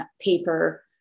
paper